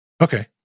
Okay